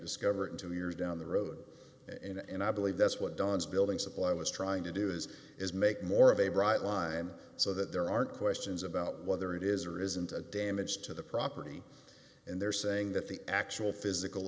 discover in two years down the road and i believe that's what don's building supply was trying to do is is make more of a bright line so that there aren't questions about whether it is or isn't a damage to the property and they're saying that the actual physical